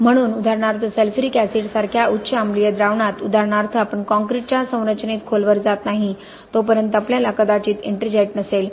म्हणून उदाहरणार्थ sulphuric acid सारख्या उच्च अम्लीय द्रावणात उदाहरणार्थ आपण कॉंक्रिटच्या संरचनेत खोलवर जात नाही तोपर्यंत आपल्याला कदाचित एट्रिंजाइट नसेल